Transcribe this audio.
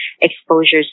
exposures